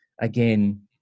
again